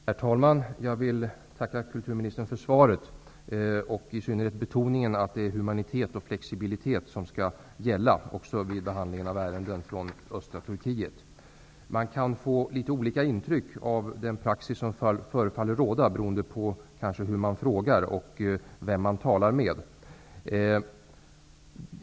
Herr talman! Jag vill tacka kulturministern för svaret och i synnerhet för betoningen av att det är humanitet och flexibilitet som skall gälla, även vid behandlingen av ärenden som rör personer från östra Turkiet. Man kan få litet olika intryck av den praxis som förefaller råda, kanske beroende på hur man frågar och vem man talar med.